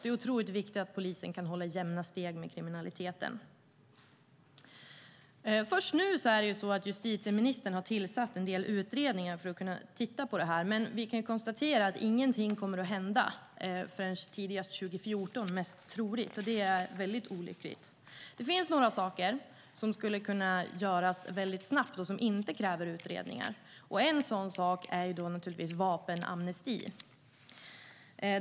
Det är otroligt viktigt att polisen kan hålla jämna steg med de kriminella. Först nu har justitieministern tillsatt utredningar för att titta på frågan. Vi kan konstatera att ingenting kommer att hända förrän troligen tidigast 2014. Det är olyckligt. Det finns några saker som kan göras snabbt och som inte kräver utredningar. En sådan sak är en vapenamnesti.